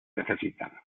necesitan